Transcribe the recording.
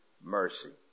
mercy